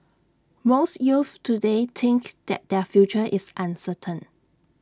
most youths today think that their future is uncertain